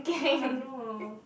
I don't know